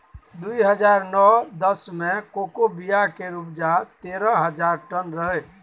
दु हजार नौ दस मे कोको बिया केर उपजा तेरह हजार टन रहै